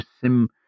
sim